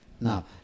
now